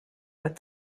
with